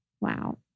Wow